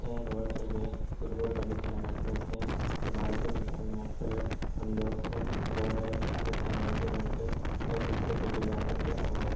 دوڑ کر کے فٹ بال کبھی کھیلا کرتے تھے تو بارشوں کے ٹائم میں اکثر ہم لوگ دوڑنے نکل جاتے تھے دوڑتے دوڑتے ایک دوسرے پہ گر جاتے تھے اور